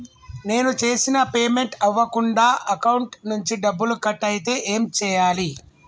నేను చేసిన పేమెంట్ అవ్వకుండా అకౌంట్ నుంచి డబ్బులు కట్ అయితే ఏం చేయాలి?